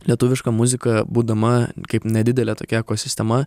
lietuviška muzika būdama kaip nedidelė tokia ekosistema